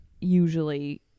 usually